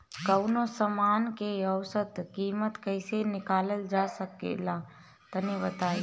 कवनो समान के औसत कीमत कैसे निकालल जा ला तनी बताई?